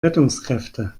rettungskräfte